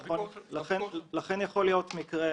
יכול להיות מקרה